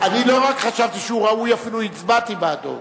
לא רק חשבתי שהוא ראוי, אפילו הצבעתי בעדו.